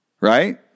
right